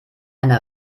eine